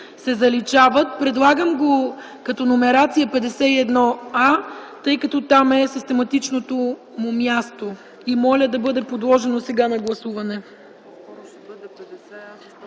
се заличават.” Предлагам го като номерация § 51а, тъй като там е систематичното му място. Моля сега да бъде подложен на гласуване.